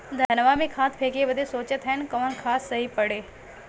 धनवा में खाद फेंके बदे सोचत हैन कवन खाद सही पड़े?